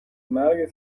مرگت